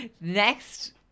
next